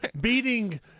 beating